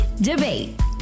Debate